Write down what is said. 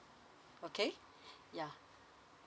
okay ya